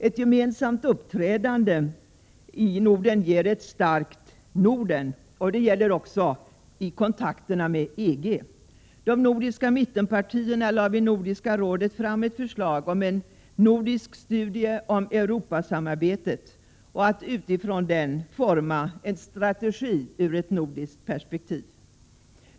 Ett gemensamt uppträdande ger ett starkt Norden. Det gäller också i kontakterna med EG. De nordiska mittenpartierna lade vid Nordiska rådet fram ett förslag om en nordisk studie om Europasamarbetet och om att utifrån denna forma en strategi ur ett nordiskt perspektiv.